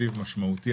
משמעותי.